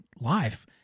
life